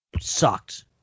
Sucked